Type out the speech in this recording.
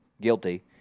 Guilty